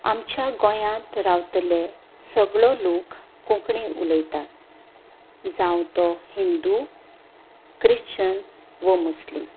आमच्या गोंयांत रावतले सगळो लोक कोंकणी उलयता जावं तो हिंदू क्रिश्चन वा मुस्लीम